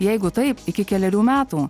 jeigu taip iki kelerių metų